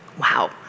Wow